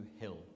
Hill